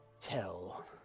tell